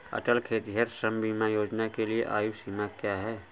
अटल खेतिहर श्रम बीमा योजना के लिए आयु सीमा क्या है?